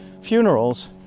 funerals